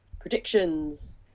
Predictions